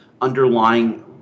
underlying